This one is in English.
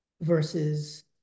versus